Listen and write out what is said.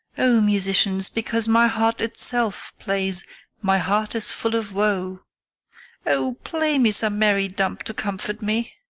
o, musicians, because my heart itself plays my heart is full of woe o, play me some merry dump to comfort me.